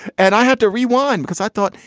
and i had to rewind because i thought,